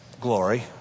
Glory